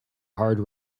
hard